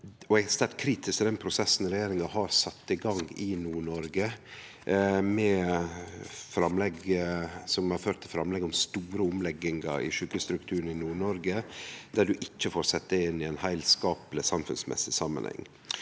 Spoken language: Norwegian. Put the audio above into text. og er sterkt kritisk til den prosessen regjeringa har sett i gang i Nord-Noreg, og som har ført til framlegg om store omleggingar i sjukehusstrukturen i Nord-Noreg, der ein ikkje får sett det inn i ein heilskapleg samanheng for samfunnet.